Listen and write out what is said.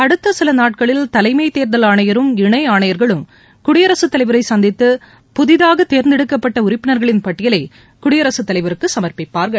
அடுத்த சில நாட்களில் தலைமைத் தேர்தல் ஆணையரும் இணை ஆணையர்களும் குடியரசுத் தலைவரை சந்தித்து புதிதாக தேர்ந்தெடுக்கப்பட்ட உறுப்பினர்களின் பட்டியலை குடியரசுத் தலைவருக்கு சமர்ப்பிப்பார்கள்